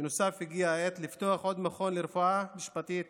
בנוסף, הגיעה העת לפתוח עוד מכון לרפואה משפטית